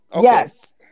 Yes